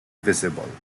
visible